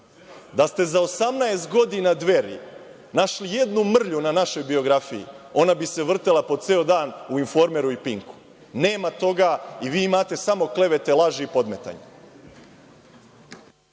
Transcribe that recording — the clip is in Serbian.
Da ste za 18 godina Dveri našli jednu mrlju na našoj biografiji ona bi se vrtela po ceo dan u „Informeru“ u Pink-u. Nema toga i vi imate samo klevete i laži i podmetanja.